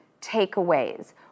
takeaways